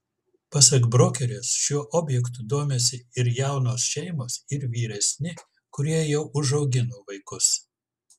pasak brokerės šiuo objektu domisi ir jaunos šeimos ir vyresni kurie jau užaugino vaikus